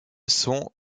sont